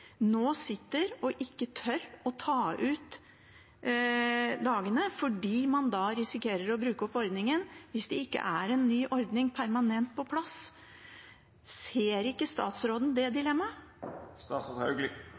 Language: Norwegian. nå sitter og ikke tør å ta ut dagene fordi man da risikerer å bruke opp ordningen hvis det ikke er en ny permanent ordning på plass. Ser ikke statsråden det